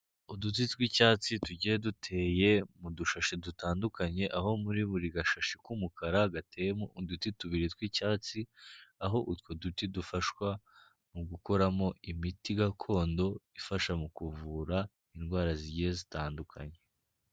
Uduti tw'icyatsi tugiye duteye mu dushashi dutandukanye, aho muri buri gashashi k'umukara gateyemo uduti tubiri tw'icyatsi, aho utwo duti dufashwa mu gukoramo imiti gakondo, ifasha mu kuvura indwara zigiye zitandukanye.